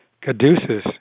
caduceus